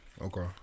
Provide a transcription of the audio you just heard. Okay